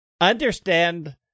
understand